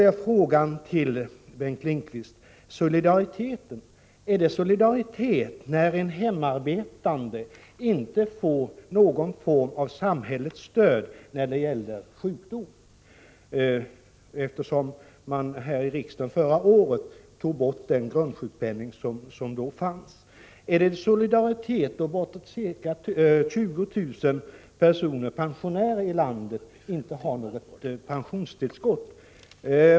Jag frågar Bengt Lindqvist, är det solidaritet när en hemarbetande inte får någon form av samhällsstöd vid sjukdom? Förra året tog riksdagen bort den grundsjukpenning som fanns förut. Är det solidaritet att bortåt 20 000 pensionärer i landet inte har något pensionstillskott?